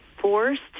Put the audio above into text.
forced